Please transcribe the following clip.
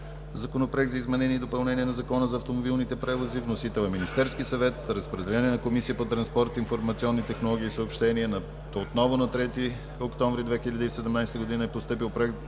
Законопроект за изменение и допълнение на Закона за автомобилните превози. Вносител е Министерският съвет. Разпределен е на Комисията по транспорт, информационни технологии и съобщения. На 3 октомври 2017 г. е постъпил Проект